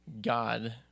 God